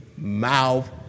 Mouth